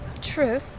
True